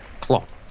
cloth